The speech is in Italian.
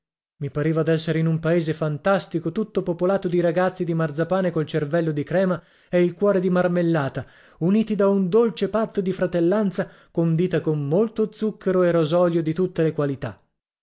i pareva d'essere in un paese fantastico tutto popolato di ragazzi di marzapane col cervello di crema e il cuore di marmellata uniti da un dolce patto di fratellanza condita con molto zucchero e rosolio di tutte le qualità